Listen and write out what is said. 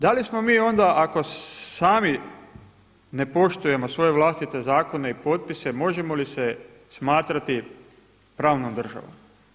Da li smo mi onda ako sami ne poštujemo svoje vlastite zakone i potpise možemo li se smatrati pravnom državom?